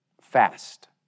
fast